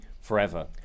forever